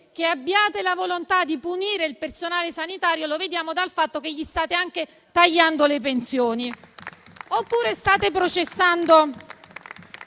Che abbiate la volontà di punire il personale sanitario lo vediamo dal fatto che gli state anche tagliando le pensioni. Oppure state processando